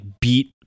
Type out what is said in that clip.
beat